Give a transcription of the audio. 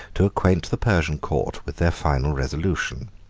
to acquaint the persian court with their final resolution.